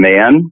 Man